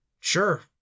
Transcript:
sure